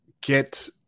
get